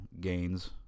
gains